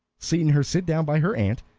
seeing her sit down by her aunt,